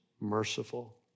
merciful